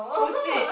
oh shit